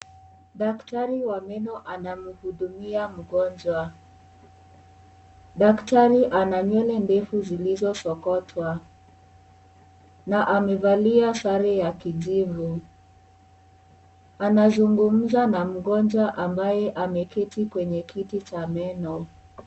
Daktari wa meno anamhudumia mgonjwa , daktari ananywele ndefu zilizo sokotwa, na amevalia sare ya kijivu, anazungumza na mgonjwa ambaye ameketi kwenye kiti Cha meno.